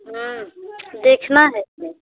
देखना है हमें